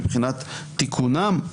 מבחינת תיקונם?